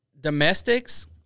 domestics